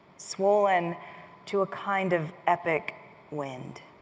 swollen to a kind of epic wind.